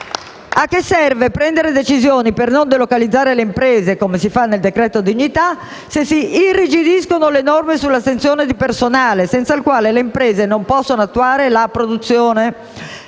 che serve prendere decisioni per non delocalizzare le imprese, come si fa nel decreto dignità, se si irrigidiscono le norme sull'assunzione di personale, senza il quale le imprese non possono attuare la produzione?